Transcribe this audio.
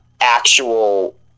actual